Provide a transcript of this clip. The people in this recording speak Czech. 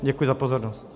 Děkuji za pozornost.